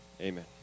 Amen